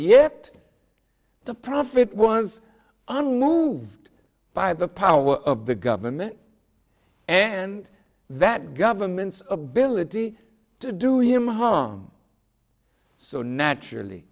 yet the profit was unmoved by the power of the government and that government's ability to do him harm so naturally